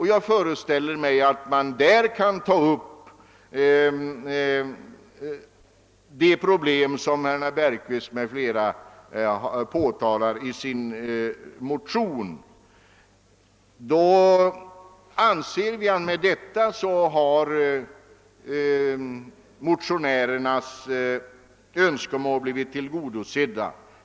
Jag föreställer mig att man där kan ta upp de problem som herr Bergqvist m.fl. påtalar i sin motion. I och med detta anser jag att motionärernas Önskemål blivit tillgodosedda.